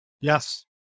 Yes